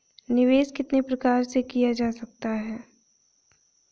निवेश कितनी प्रकार से किया जा सकता है?